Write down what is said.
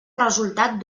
resultat